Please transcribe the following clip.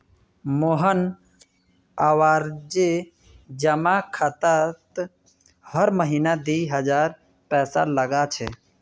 मोहन आवर्ती जमा खातात हर महीना दी हजार पैसा लगा छे